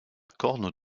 corne